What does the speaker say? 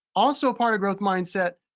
also ah part of growth mindset,